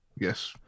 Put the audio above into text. Yes